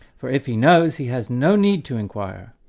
for if he knows, he has no need to inquire,